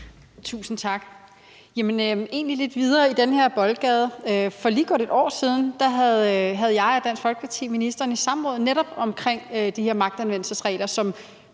Tusind tak.